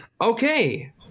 Okay